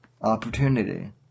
opportunity